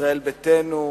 לישראל ביתנו.